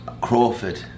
Crawford